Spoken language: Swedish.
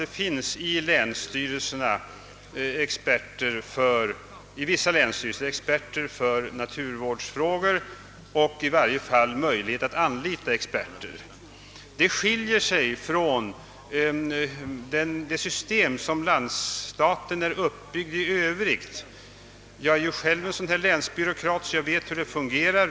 Det finns nämligen inom vissa länsstyrelser experter på naturvårdsfrågor eller i varje fall möjlighet att anlita experter. Detta system skiljer sig från det efter vilket landsstaten i övrigt är uppbyggd. Jag är själv en länsbyråkrat, så jag vet hur det hela fungerar.